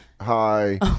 hi